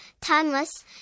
timeless